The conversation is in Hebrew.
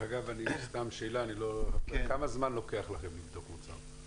דרך אגב שאלה, כמה זמן לוקח לכם לבדוק מוצר?